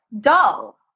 dull